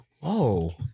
Whoa